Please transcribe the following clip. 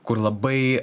kur labai